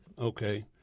Okay